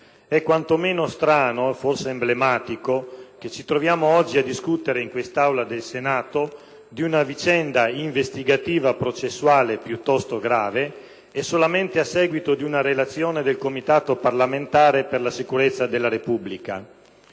è quanto meno strano, forse emblematico, che ci troviamo oggi in Aula a discutere di una vicenda investigativa processuale piuttosto grave e solamente a seguito di una relazione del Comitato parlamentare per la sicurezza della Repubblica;